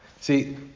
See